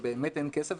ובאמת אין כסף,